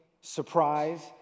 surprise